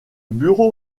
bureau